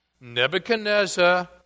Nebuchadnezzar